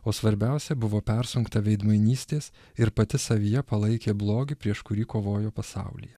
o svarbiausia buvo persunkta veidmainystės ir pati savyje palaikė blogį prieš kurį kovojo pasaulyje